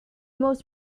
most